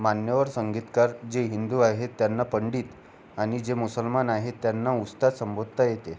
मान्यवर संगीतकार जे हिंदू आहेत त्यांना पंडित आणि जे मुसलमान आहेत त्यांना उस्ताद संबोधता येते